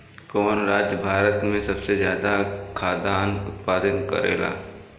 कवन राज्य भारत में सबसे ज्यादा खाद्यान उत्पन्न करेला?